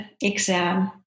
exam